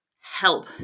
help